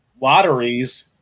lotteries